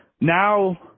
now